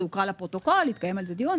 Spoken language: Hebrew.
זה הוקרא לפרוטוקול, התקיים על זה דיון.